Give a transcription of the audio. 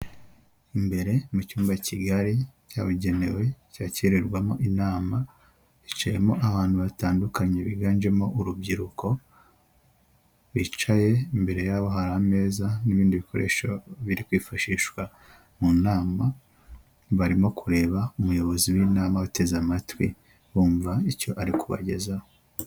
Imbere mu cyumba cyigari cyabugenewe cyakirirwamo inama biciyemo abantu batandukanye biganjemo urubyiruko, bicaye imbere yabo hari ameza n'ibindi bikoresho biri kwifashishwa mu nama, barimo kureba umuyobozi w'inama bateze amatwi bumva icyo ari kubagezaho.